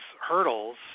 hurdles